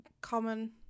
common